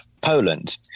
Poland